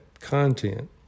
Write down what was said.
content